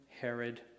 Herod